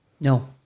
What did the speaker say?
no